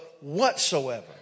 whatsoever